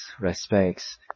respects